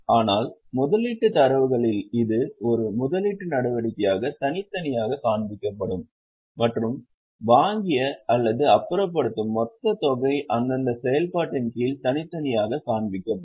ஆனால் முதலீட்டு தரவுகளில் இது ஒரு முதலீட்டு நடவடிக்கையாக தனித்தனியாக காண்பிக்கப்படும் மற்றும் வாங்கிய அல்லது அப்புறப்படுத்தும் மொத்த தொகை அந்தந்த செயல்பாட்டின் கீழ் தனித்தனியாக காண்பிக்கப்படும்